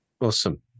Awesome